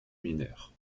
mineure